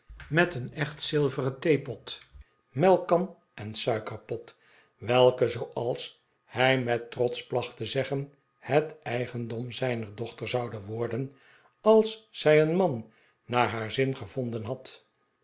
met een echt zilveren theepot melkkan en suikerpot welke zooals hij met trots placht te zeggen het eigendom zijner dochter zouden worden als zij een man naar haar zin gevonden had